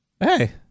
Hey